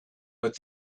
but